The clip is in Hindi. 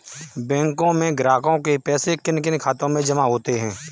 बैंकों में ग्राहकों के पैसे किन किन खातों में जमा होते हैं?